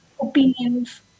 opinions